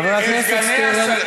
חבר הכנסת שטרן,